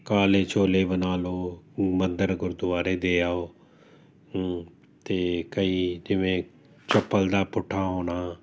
ਕਾਲੇ ਛੋਲੇ ਬਣਾ ਲਓ ਮੰਦਰ ਗੁਰਦੁਆਰੇ ਦੇ ਆਓ ਹੁੰ ਅਤੇ ਕਈ ਜਿਵੇਂ ਚੱਪਲ ਦਾ ਪੁੱਠਾ ਹੋਣਾ